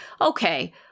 okay